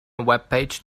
webpage